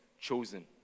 chosen